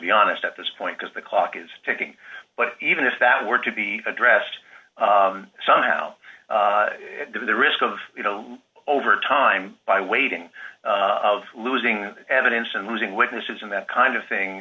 be honest at this point because the clock is ticking but even if that were to be addressed somehow the risk of you know over time by waiting of losing evidence and losing witnesses and that kind of thing